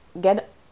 get